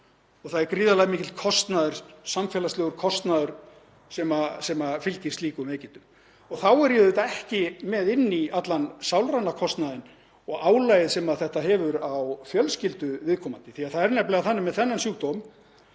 og það er gríðarlega mikill kostnaður, samfélagslegur kostnaður sem fylgir slíkum veikindum. Og þá er ég ekki með inni í þessu allan sálræna kostnaðinn og álagið sem þetta hefur á fjölskyldu viðkomandi því að það er nefnilega þannig með þennan sjúkdóm